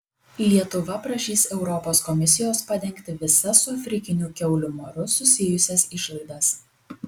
lietuva prašys europos komisijos padengti visas su afrikiniu kiaulių maru susijusias išlaidas